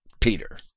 Peter